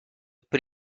pre